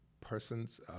persons